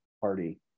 party